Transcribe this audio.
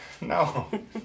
no